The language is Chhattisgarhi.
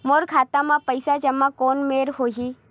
मोर खाता मा पईसा जमा कोन मेर होही?